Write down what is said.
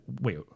wait